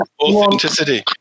authenticity